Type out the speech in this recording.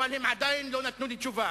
אבל הם עדיין לא נתנו לי תשובה.